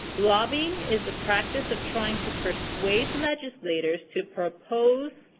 lobbying is the practice of trying to persuade legislators to propose,